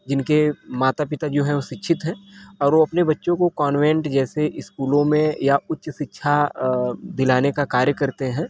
जिनके माता पिता जो हैं वो शिक्षित हैं और वो अपने बच्चों को कॉन्वेंट जैसे स्कूलों में या उच्च शिक्षा अ दिलाने का कार्य करते हैं